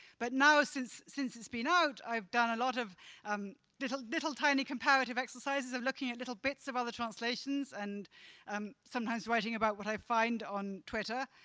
but now since since it's been out, i've done a lot of um little, tiny comparative exercises of looking at little bits of other translations and um sometimes writing about what i find on twitter.